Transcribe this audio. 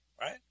Right